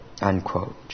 unquote